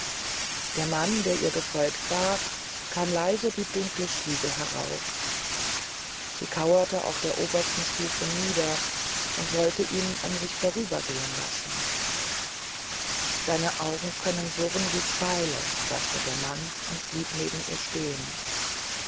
der mann der ihr gefolgt war kam leise die dunkle stiege herauf sie kauerte auf der obersten stufe nieder und wollte ihn an sich vorübergehen lassen deine augen können surren wie pfeile sagte der mann und blieb neben ihr stehen